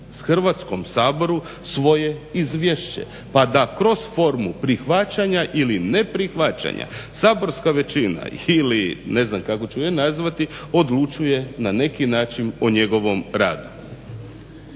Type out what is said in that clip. Hrvatskom saboru svoje izvješće pa da kroz formu prihvaćanja ili ne prihvaćanja saborska većina ili ne znam kako ću je nazvati odlučuje na neki način o njegovom radu.